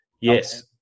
Yes